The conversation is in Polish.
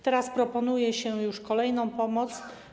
Teraz proponuje się już kolejną pomoc.